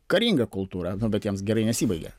karinga kultūra bet jiems gerai nesibaigė